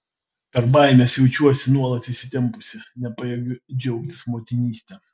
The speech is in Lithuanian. per baimes jaučiuosi nuolat įsitempusi nepajėgiu džiaugtis motinyste